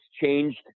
changed